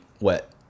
wet